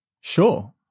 Sure